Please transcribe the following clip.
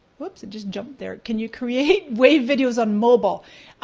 whoops, i just jumped there, can you create wave videos on mobile?